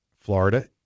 Florida